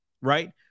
right